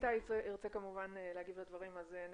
לפני שנאפשר לאיתי להגיב על הדברים, אני